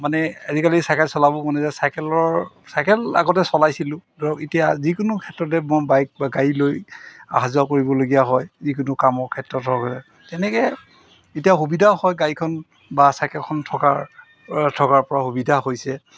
মানে আজিকালি চাইকেল চলাব মানে নাযায় চাইকেলৰ চাইকেল আগতে চলাইছিলোঁ ধৰক এতিয়া যিকোনো ক্ষেত্ৰতে মই বাইক বা গাড়ী লৈ অহা যোৱা কৰিবলগীয়া হয় যিকোনো কামৰ ক্ষেত্ৰত তেনেকৈ এতিয়া সুবিধাও হয় গাড়ীখন বা চাইকেলখন থকাৰ থকাৰপৰা সুবিধা হৈছে